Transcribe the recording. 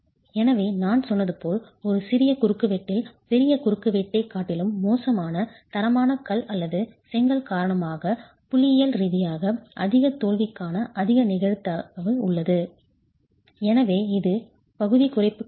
எனவே நான் சொன்னது போல் ஒரு சிறிய குறுக்குவெட்டில் பெரிய குறுக்குவெட்டைக் காட்டிலும் மோசமான தரமான கல் அல்லது செங்கல் காரணமாக புள்ளியியல் ரீதியாக அதிக தோல்விக்கான அதிக நிகழ்தகவு உள்ளது எனவே இது பகுதி குறைப்பு காரணி